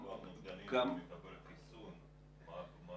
מי שיש לו כבר נוגדים ומקבל חיסון --- כן,